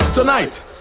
Tonight